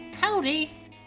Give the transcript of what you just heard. Howdy